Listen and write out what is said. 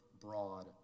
broad